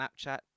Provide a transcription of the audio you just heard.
Snapchat